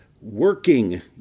working